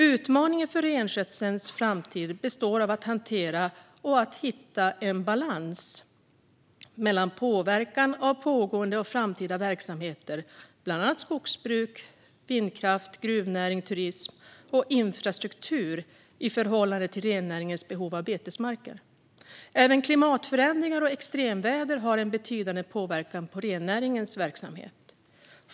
Utmaningen för renskötselns framtid består i att hantera och att hitta en balans mellan påverkan av pågående och framtida verksamheter - bland annat skogsbruk, vindkraft, gruvnäring, turism och infrastruktur - och rennäringens behov av betesmarker. Även klimatförändringar och extremväder har en betydande påverkan på rennäringens verksamhet.